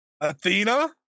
Athena